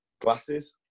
Glasses